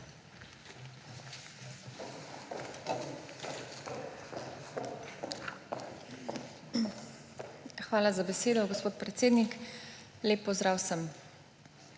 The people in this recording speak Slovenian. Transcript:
Hvala za besedo, gospod predsednik. Lep pozdrav vsem!